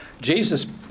Jesus